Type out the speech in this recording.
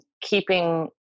keeping